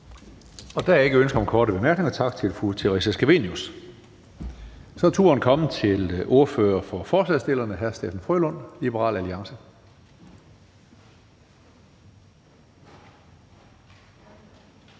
Der er ikke ønske om korte bemærkninger. Tak til fru Theresa Scavenius. Så er turen kommet til ordføreren for forslagsstillerne, hr. Steffen W. Frølund, Liberal Alliance.